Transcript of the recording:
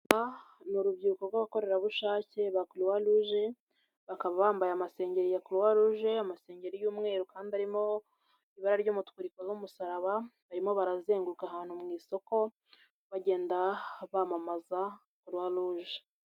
Urubyiruko rw'abakorerabushake ba croix rouge bakaba bambaye amasengeri ya croix rouge y'umweru kandi arimo ibara ry'umutuku rikoze umusaraba, barimo barazenguruka ahantu mu isoko bagenda bamamaza croix rouge.